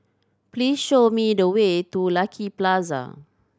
please show me the way to Lucky Plaza